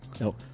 No